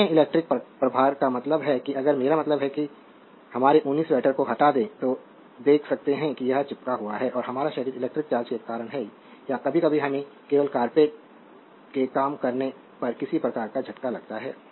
अन्य इलेक्ट्रिक प्रभार का मतलब है कि अगर मेरा मतलब है कि हमारे ऊनी स्वेटर को हटा दें तो देख सकते हैं कि यह चिपका हुआ है और हमारा शरीर इलेक्ट्रिक चार्ज के कारण है या कभी कभी हमें केवल कारपेट के काम करने पर किसी प्रकार का झटका लगता है